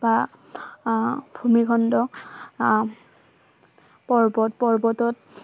বা ভূমিখণ্ড পৰ্বত পৰ্বতত